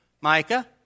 Micah